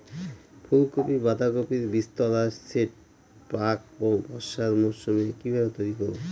ফুলকপি বাধাকপির বীজতলার সেট প্রাক বর্ষার মৌসুমে কিভাবে তৈরি করব?